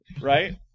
Right